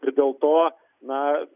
ir dėl to na